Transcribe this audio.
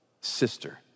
sister